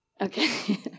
Okay